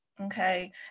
okay